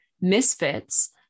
misfits